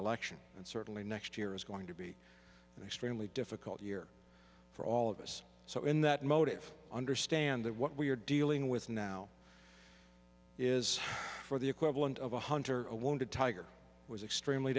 election and certainly next year is going to be an extremely difficult year for all of us so in that motive understand that what we're dealing with now is for the equivalent of a hunter a wounded tiger was extremely